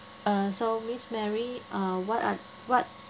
uh so miss mary uh what ar~ what